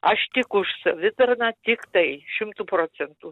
aš tik už savitarną tiktai šimtu procentų